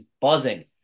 buzzing